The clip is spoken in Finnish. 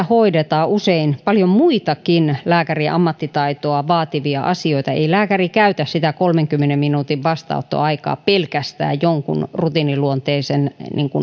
hoidetaan usein kyllä paljon muitakin lääkärin ammattitaitoa vaativia asioita ei lääkäri käytä sitä kolmenkymmenen minuutin vastaanottoaikaa pelkästään jonkun rutiiniluonteisen